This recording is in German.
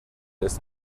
ist